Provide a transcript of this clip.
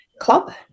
club